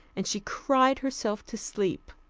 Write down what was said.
and she cried herself to sleep.